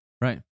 Right